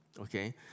okay